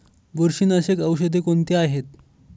बुरशीनाशक औषधे कोणती आहेत?